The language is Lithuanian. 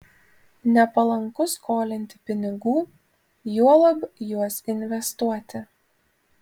nepalanku skolinti pinigų juolab juos investuoti